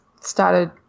started